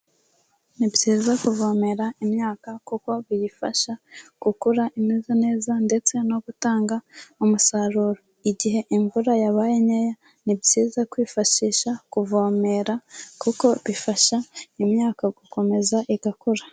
Ni byiza kuvomera imyaka kuko biyifasha gukura imeze neza ndetse no gutanga umusaruro, igihe imvura yabaye nkeya, ni byiza kwifashisha kuvomera kuko bifasha imyaka gukomeza igakura.